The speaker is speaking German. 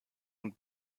und